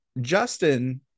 justin